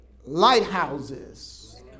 Lighthouses